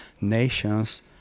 nations